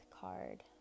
card